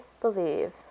believe